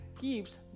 keeps